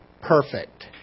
perfect